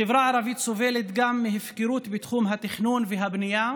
החברה הערבית סובלת גם מהפקרות בתחום התכנון והבנייה